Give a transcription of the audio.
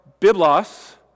Biblos